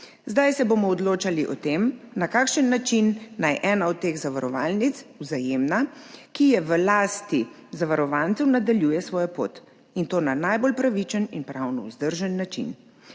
Zdaj se bomo odločali o tem, na kakšen način naj ena od teh zavarovalnic, Vzajemna, ki je v lasti zavarovancev, nadaljuje svojo pot, in to na najbolj pravičen in pravno vzdržen način.